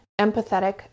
empathetic